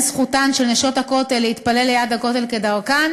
זכותן של "נשות הכותל" להתפלל ליד הכותל כדרכן